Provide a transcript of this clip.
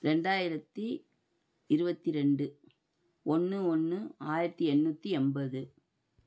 ரெண்டாயிரத்து இருபத்தி ரெண்டு ஒன்று ஒன்று ஆயிரத்து எண்ணூற்றி எண்பது